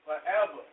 forever